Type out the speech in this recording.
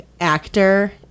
Actor